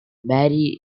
barry